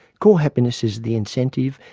core happiness is the incentive,